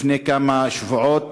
לפני כמה שבועות,